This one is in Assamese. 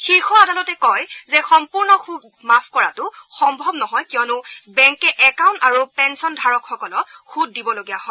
শীৰ্ষ আদালতে কয় যে সম্পূৰ্ণ সূদ মাফ কৰাটো সম্ভৱ নহয় কিয়নো বেংকে একাউণ্ট আৰু পেন্সনধাৰকসকলক সুদ দিবলগীয়া হয়